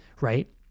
right